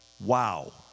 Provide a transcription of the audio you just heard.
Wow